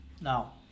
now